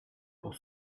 pour